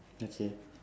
okay